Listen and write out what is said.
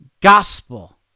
Gospel